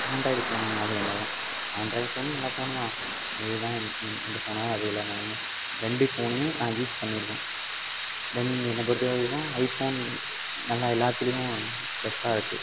Android ஃபோனும் அதேமாரி தான் ஆண்ட்ராய்டு ஃபோனும் நல்ல ஃபோனு தான் இதுதான் இ இந்த ஃபோனு தான் அது இல்லைன்னா ரெண்டு ஃபோனையும் நான் யூஸ் பண்ணியிருக்கேன் ரெண் என்னை பொறுத்தவரைக்கும் ஐஃபோன் நல்லா எல்லாத்துலேயும் பெஸ்ட்டாக இருக்குது